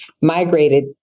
migrated